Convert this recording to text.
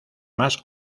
más